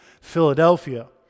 Philadelphia